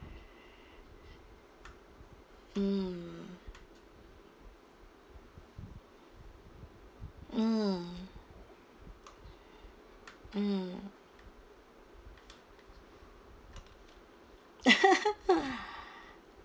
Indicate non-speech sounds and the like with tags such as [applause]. mm mm mm [laughs] [breath]